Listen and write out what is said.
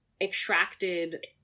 extracted